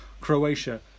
Croatia